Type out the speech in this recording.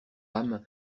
âme